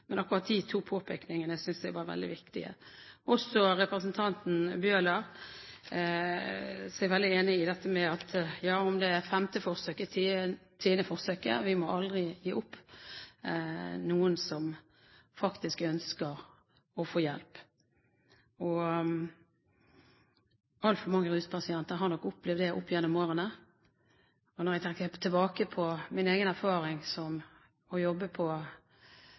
men akkurat de to påpekningene synes jeg var veldig viktige. Også det representanten Bøhler sier, er jeg veldig enig i. Om det er det femte forsøket eller det er det tiende, må vi aldri gi opp noen som faktisk ønsker å få hjelp. Altfor mange ruspasienter har nok opplevd det opp gjennom årene. Og når jeg ser tilbake på min egen erfaring ved å jobbe ved avrusningsenheten i Bergen, Blå Kors, tenker jeg på